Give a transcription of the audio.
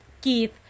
Keith